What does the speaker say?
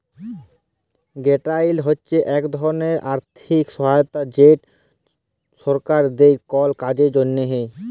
গেরালট হছে ইক ধরলের আথ্থিক সহায়তা যেট সরকার দেই কল কাজের জ্যনহে